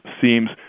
seems